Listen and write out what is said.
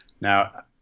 now